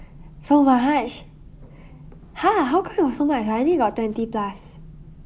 so but how much !huh! how come got so much ah I only got twenty plus